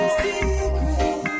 secret